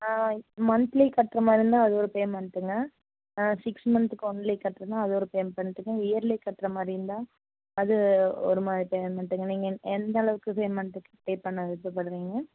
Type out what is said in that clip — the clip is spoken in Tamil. மந்த்லி கட்டுற மாதிரி இருந்தா அது ஒரு பேமெண்ட்டுங்க சிக்ஸ் மந்த்துக்கு ஒன்லி கட்டுறதுனா அது ஒரு பேமெண்ட்டுங்க இயர்லி கட்டுற மாதிரி இருந்தா அது மாதிரி பேமெண்ட்டுங்க நீங்கள் எந்த அளவுக்கு பேமெண்ட் பே பண்ண விருப்பப்படுறிங்க